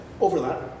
overlap